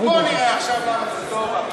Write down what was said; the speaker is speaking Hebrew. בוא נראה עכשיו למה זה טוב.